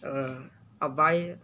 uh I'll buy